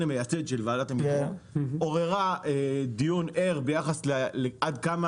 המייסד של ועדת המדרוג עוררה דיון ער ביחס לעד כמה